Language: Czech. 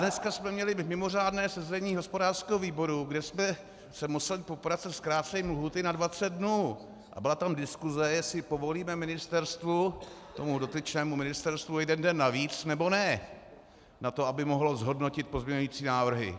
Dneska jsme měli mimořádné sezení hospodářského výboru, kde jsme se museli poprat se zkrácením lhůty na 20 dnů, a byla tam diskuze, jestli povolíme ministerstvu, tomu dotyčnému ministerstvu, jeden den navíc, nebo ne na to, aby mohlo zhodnotit pozměňující návrhy.